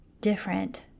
different